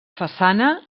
façana